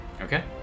Okay